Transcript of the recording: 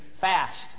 fast